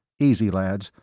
easy, lads.